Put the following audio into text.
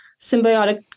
symbiotic